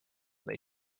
they